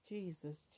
Jesus